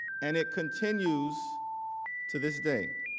and it continues to this day.